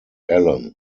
allen